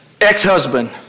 ex-husband